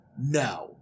No